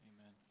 Amen